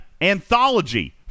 Anthology